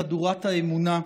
חדורת האמונה,